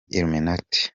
illuminati